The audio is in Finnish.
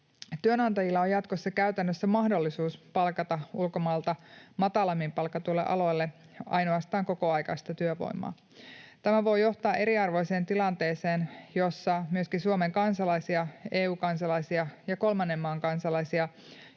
Työnantajilla on jatkossa käytännössä mahdollisuus palkata ulkomailta matalammin palkatuille aloille ainoastaan kokoaikaista työvoimaa. Tämä voi johtaa eriarvoiseen tilanteeseen, jossa myöskin Suomen kansalaisia, EU-kansalaisia ja kolmannen maan kansalaisia,